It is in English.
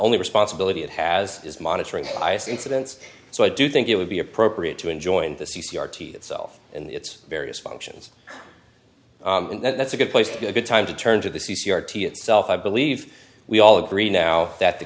only responsibility it has is monitoring bias incidents so i do think it would be appropriate to enjoin the c r t c itself and its various functions and that's a good place to be a good time to turn to the c c r t itself i believe we all agree now that the